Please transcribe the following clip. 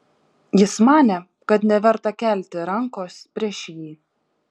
jis manė kad neverta kelti rankos prieš jį